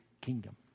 kingdom